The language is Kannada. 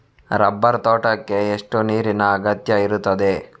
ರಬ್ಬರ್ ತೋಟಕ್ಕೆ ಎಷ್ಟು ನೀರಿನ ಅಗತ್ಯ ಇರುತ್ತದೆ?